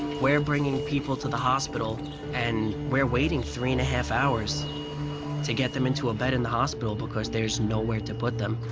we're bringing people to the hospital and we're waiting three-and-a-half hours to get them into a bed in the hospital because there's nowhere to put them.